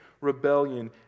rebellion